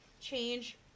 change